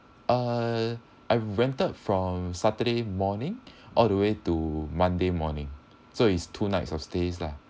uh I rented from saturday morning all the way to monday morning so it's two nights of stays lah